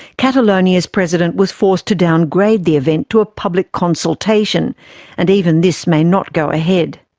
catalonia's president was forced to downgrade the event to a public consultation and even this may not go ahead.